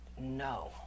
No